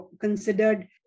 considered